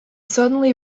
suddenly